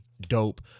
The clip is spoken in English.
dope